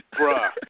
Bruh